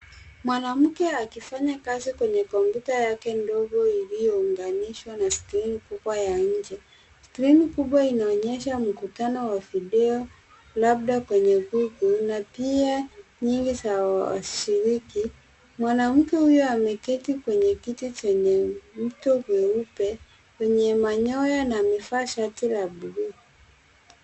Mwanamke akifanya kazi kwenye kompyuta yake ndogo iliyounganishwa na skrini kubwa ya nje. Skrini kubwa inaonyesha mkutano wa video, labda kwenye google , na pia nyingi za washiriki. Mwanamke huyo ameketi kwenye kiti chenye mto mweupe, wenye manyoya na amevaa shati la bluu.